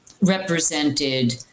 represented